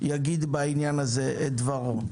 יגיד בעניין הזה את דברו.